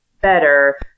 better